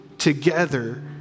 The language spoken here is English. Together